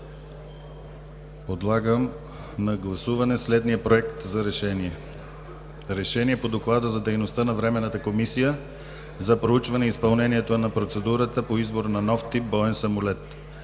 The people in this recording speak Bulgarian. Подлагам на гласуване следния: „Проект! РЕШЕНИЕ по Доклада за дейността на Временната комисия за проучване изпълнението на процедурата по избор на нов тип боен самолет